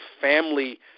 family